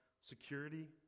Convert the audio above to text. security